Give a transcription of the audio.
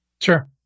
Sure